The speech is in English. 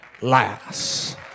last